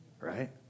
Right